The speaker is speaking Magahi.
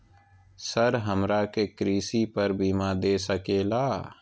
सर हमरा के कृषि पर बीमा दे सके ला?